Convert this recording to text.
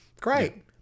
Great